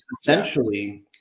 Essentially